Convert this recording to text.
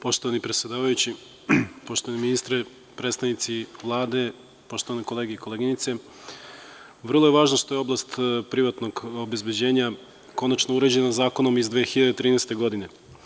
Poštovani predsedavajući, poštovani ministre, predstavnici Vlade, poštovane kolege i koleginice, vrlo je važno što je oblast privatnog obezbeđenja konačno uređena zakonom iz 2013. godine.